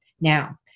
now